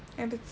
and it's